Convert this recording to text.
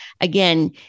again